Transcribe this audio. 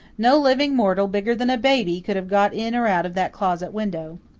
no living mortal bigger than a baby could have got in or out of that closet window.